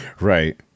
Right